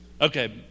Okay